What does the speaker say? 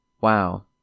Wow